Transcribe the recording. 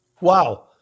Wow